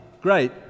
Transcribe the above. great